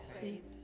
faith